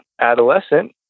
adolescent